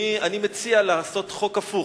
אני מציע לעשות חוק הפוך,